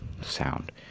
sound